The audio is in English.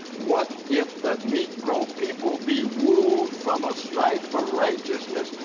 what if the negro people be wooed from a strife for righteousness,